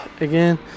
again